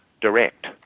direct